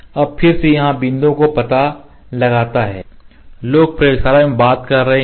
अब फिर से यहाँ बिंदुओं का पता लगाता है लोग प्रयोगशाला में बात कर रहे हैं